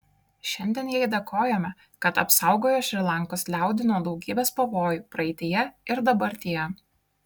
šiandien jai dėkojame kad apsaugojo šri lankos liaudį nuo daugybės pavojų praeityje ir dabartyje